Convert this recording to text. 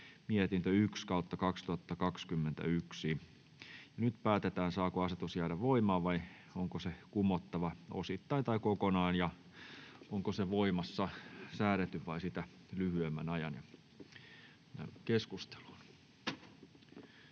mietintö PeVM 2/2021 vp. Nyt päätetään, saako asetus jäädä voimaan vai onko se kumottava osittain tai kokonaan ja onko se voimassa säädetyn vai sitä lyhyemmän ajan.